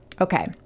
Okay